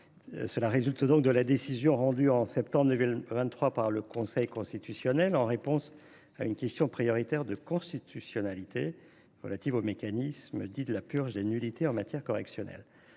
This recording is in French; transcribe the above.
résulte de la décision rendue en septembre 2023 par le Conseil constitutionnel en réponse à une question prioritaire de constitutionnalité relative au mécanisme dit de purge des nullités en matière correctionnelle.